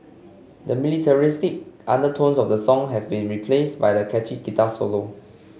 the militaristic undertones of the song have been replaced by a catchy guitar solo